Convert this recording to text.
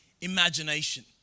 imagination